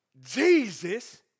Jesus